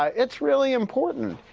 ah it's really important,